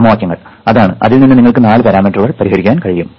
സമവാക്യങ്ങൾ അതാണ് അതിൽ നിന്ന് നിങ്ങൾക്ക് നാല് പാരാമീറ്ററുകൾ പരിഹരിക്കാൻ കഴിയും